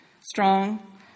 Strong